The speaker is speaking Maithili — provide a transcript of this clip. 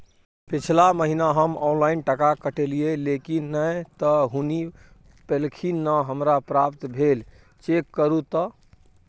पिछला महीना हम ऑनलाइन टका कटैलिये लेकिन नय त हुनी पैलखिन न हमरा प्राप्त भेल, चेक करू त?